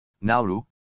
Nauru